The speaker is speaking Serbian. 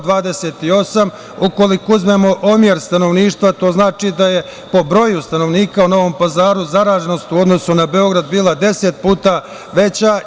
Ukoliko uzmemo broj stanovništva, to znači da je po broju stanovnika u Novom Pazaru zaraženost u odnosu na Beograd bila deset puta veća.